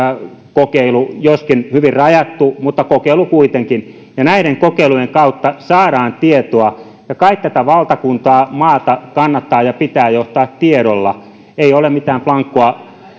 kokeilu joskin hyvin rajattu mutta kokeilu kuitenkin näiden kokeilujen kautta saadaan tietoa ja kai tätä valtakuntaa maata kannattaa ja pitää johtaa tiedolla ei ole mitään blankoa